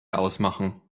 ausmachen